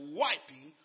wiping